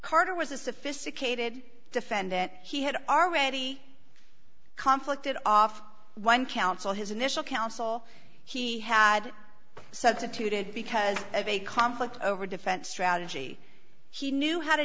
carter was a sophisticated defendant he had already conflict off one counsel his initial counsel he had substituted because of a conflict over defense strategy he knew how to